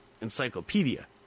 encyclopedia